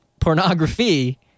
pornography